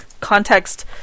context